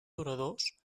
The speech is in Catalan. duradors